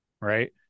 right